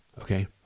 okay